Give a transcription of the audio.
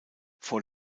vor